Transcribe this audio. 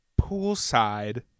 poolside